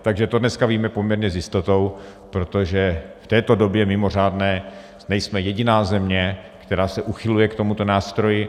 Takže to dneska víme poměrně s jistotou, protože v této době mimořádné nejsme jediná země, která se uchyluje k tomuto nástroji.